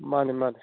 ꯃꯥꯅꯦ ꯃꯥꯅꯦ